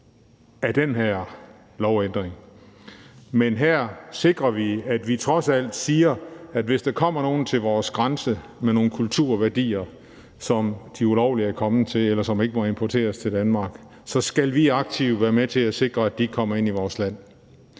med den her lovændring, men her siger vi trods alt, at hvis der kommer nogen til vores grænse med nogle kulturværdier, som de ulovligt er kommet i besiddelse af, eller som ikke må importeres til Danmark, så skal vi aktivt være med til at sikre, at de ikke kommer ind i vores land.